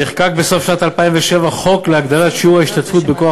נחקק בסוף שנת 2007 חוק להגדלת שיעור ההשתתפות בכוח